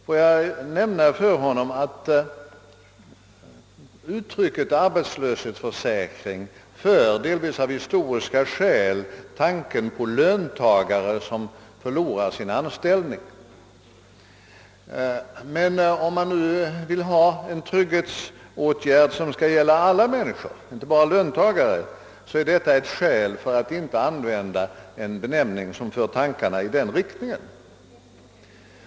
Får jag nämna för honom, att uttrycket arbetslöshetsförsäkring, delvis av historiska skäl, för tanken till löntagare som förlerar sin anställning. Och om man önskar en trygghetsåtgärd som skall gälla alla människor, inte bara löntagare, så är det ett skäl för att inte använda en benämning som för tankarna i den riktningen.